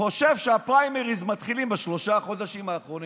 חושב שהפריימריז מתחילים בשלושה חודשים האחרונים.